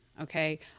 Okay